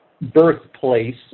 birthplace